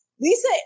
Lisa